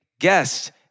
guest